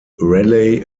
rallye